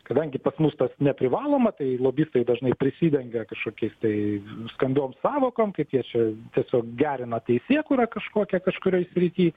kadangi pas mus tas neprivaloma tai lobistai dažnai prisidengia kažkokiais tai skambiom sąvokom kaip jie čia tiesiog gerina teisėkūrą kažkokią kažkurioj srity